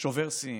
שובר שיאים: